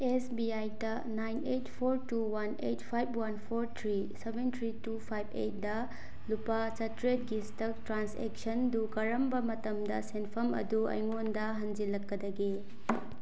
ꯑꯦꯁ B ꯑꯥꯏꯇ nine eight four two one eight five one four three seven three two five ꯑꯩꯠꯗ ꯂꯨꯄꯥ ꯆꯥꯇ꯭ꯔꯦꯠꯒꯤ ꯏꯁꯇꯛ ꯇ꯭ꯔꯥꯟꯁꯦꯛꯁꯟꯗꯨ ꯀꯔꯝꯕ ꯃꯇꯝꯗ ꯁꯦꯟꯐꯝ ꯑꯗꯨ ꯑꯩꯉꯣꯟꯗ ꯍꯟꯖꯤꯜꯂꯛꯀꯗꯒꯦ